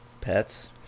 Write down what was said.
pets